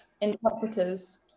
interpreters